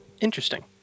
Interesting